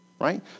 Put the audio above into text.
right